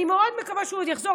אני מקווה שהוא עוד יחזור.